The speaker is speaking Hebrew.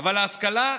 אבל ההשכלה נעלמה.